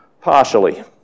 partially